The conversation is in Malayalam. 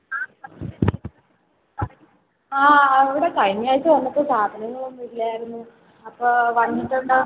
ആ അവിടെ കയിഞ്ഞാഴ്ച്ച വന്നിട്ട് സാധനങ്ങളൊന്നുവില്ലായിരുന്നു അപ്പോ വന്നിട്ടുണ്ടോന്ന്